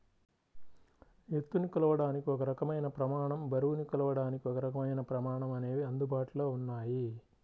ఎత్తుని కొలవడానికి ఒక రకమైన ప్రమాణం, బరువుని కొలవడానికి ఒకరకమైన ప్రమాణం అనేవి అందుబాటులో ఉన్నాయి